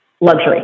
Luxury